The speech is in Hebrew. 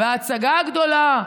ההצגה הגדולה,